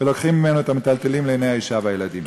ולוקחים ממנו את המיטלטלין לעיני האישה והילדים.